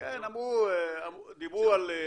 אז הם יפתחו קרן עם 500 מיליון?